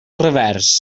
revers